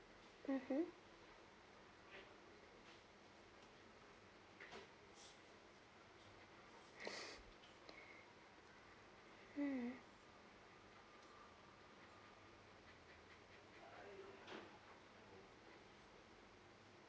mmhmm hmm